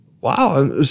wow